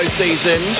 season